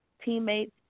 teammates